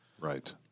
right